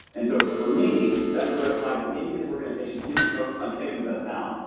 and so, for me, that's a red flag that maybe this organization isn't focused on getting the best talent,